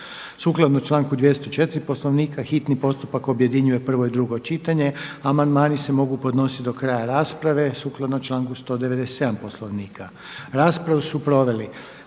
Sukladno članku 204. Poslovnika hitni postupak objedinjuje prvo i drugo čitanje a amandmani se mogu podnositi do kraja rasprave sukladno članku 197. Poslovnika. Raspravu su proveli